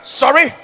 sorry